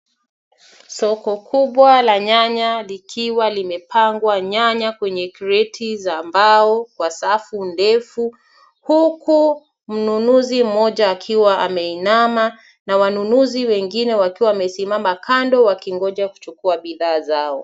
Soko kubwa la nyanya likiwa limepangwa nyanya kwenye kreti za mbao kwa safu ndefu huku mnunuzi mmoja akiwa ameinama na wanunuzi wengine wakiwa wamesimama kando wakingoja kuchukua bidhaa zao.